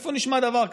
איפה נשמע דבר כזה?